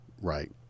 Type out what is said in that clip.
Right